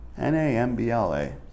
N-A-M-B-L-A